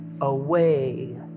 away